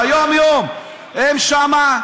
ביום-יום הם שם,